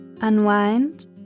Unwind